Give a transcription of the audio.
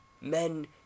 Men